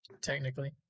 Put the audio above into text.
Technically